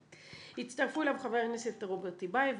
הצטרפו אליו חבר הכנסת רוברט טיבייב,